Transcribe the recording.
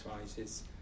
rises